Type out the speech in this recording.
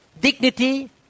dignity